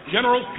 General